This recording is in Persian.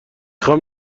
خوام